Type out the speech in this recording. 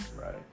Right